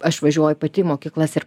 aš važiuoju pati į mokyklas ir